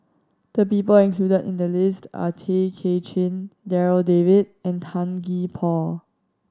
the people included in the list are Tay Kay Chin Darryl David and Tan Gee Paw